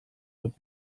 wird